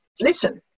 listen